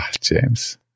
James